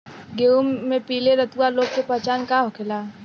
गेहूँ में पिले रतुआ रोग के पहचान का होखेला?